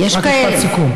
נבוא חשבון.